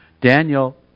Daniel